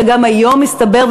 שגם היום הסתבר,